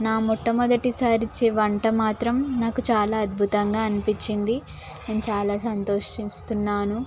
నా మొట్టమొదటిసారి ఇచ్చే వంట మాత్రం నాకు చాలా అద్భుతంగా అనిపించింది నేను చాలా సంతోషిస్తున్నాను